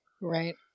right